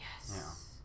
Yes